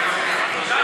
באמצע